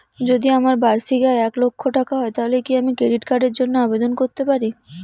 যদি আমার বার্ষিক আয় এক লক্ষ টাকা হয় তাহলে কি আমি ক্রেডিট কার্ডের জন্য আবেদন করতে পারি?